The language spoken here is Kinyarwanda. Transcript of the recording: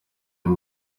ngo